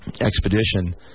expedition